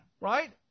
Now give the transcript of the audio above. right